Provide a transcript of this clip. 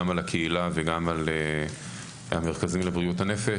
גם על הקהילה וגם על המרכזים לבריאות הנפש.